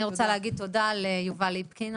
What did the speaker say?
אני רוצה להגיד תודה ליובל ליפקין,